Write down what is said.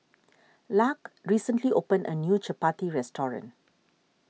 Lark recently opened a new Chapati restaurant